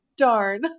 darn